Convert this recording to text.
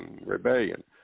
Rebellion